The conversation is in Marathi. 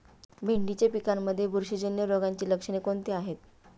भेंडीच्या पिकांमध्ये बुरशीजन्य रोगाची लक्षणे कोणती आहेत?